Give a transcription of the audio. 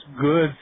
good